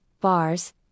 bars